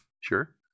sure